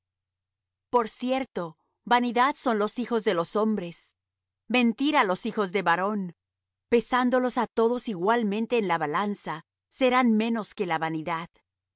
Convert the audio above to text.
por cierto vanidad son los hijos de los hombres mentira los hijos de varón pesándolos á todos igualmente en la balanza serán menos que la vanidad